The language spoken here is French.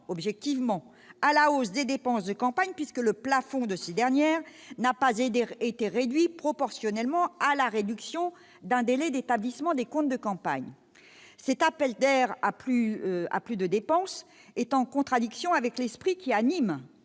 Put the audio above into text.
objectivement à la hausse des dépenses de campagne, puisque le plafond de ces dernières n'a pas été réduit proportionnellement à la réduction d'un délai d'établissement des comptes de campagne ? Cet appel d'air à dépenser davantage est en contradiction avec l'esprit qui anime